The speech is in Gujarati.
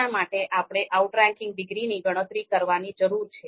તેના માટે આપણે આઉટરેંકિંગ ડિગ્રીની ગણતરી કરવાની જરૂર છે